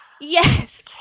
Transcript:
Yes